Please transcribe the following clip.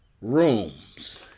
rooms